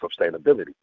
sustainability